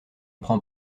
prends